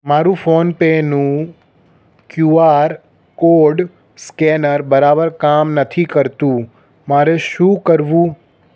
મારું ફોનપેનું QR code scanner બરાબર કામ નથી કરતું મારે શું કરવું